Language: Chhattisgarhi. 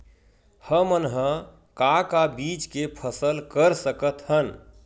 हमन ह का का बीज के फसल कर सकत हन?